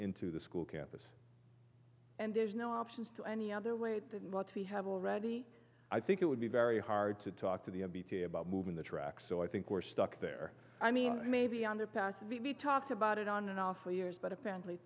into the school campus and there's no options to any other way than what we have already i think it would be very hard to talk to the beattie about moving the track so i think we're stuck there i mean maybe on the past we'd be talked about it on and off for years but apparently